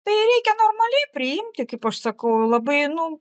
tai reikia normaliai priimti kaip aš sakau labai nu